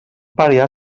variar